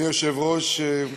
אדוני היושב-ראש,